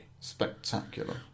Spectacular